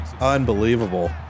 Unbelievable